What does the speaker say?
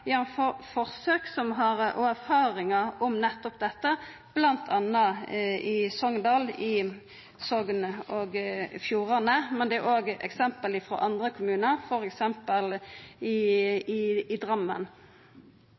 jamfør forsøk og erfaringar med nettopp dette, bl.a. i Sogndal i Sogn og Fjordane. Det er òg eksempel på dette frå andre kommunar, f.eks. i Drammen.